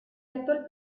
actual